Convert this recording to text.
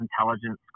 intelligence